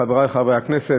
חברי חברי הכנסת,